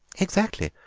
exactly,